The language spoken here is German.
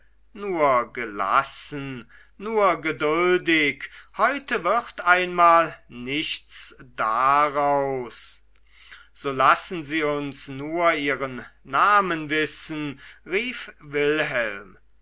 nur gelassen nur geduldig heute wird einmal nichts draus so lassen sie uns nur ihren namen wissen rief wilhelm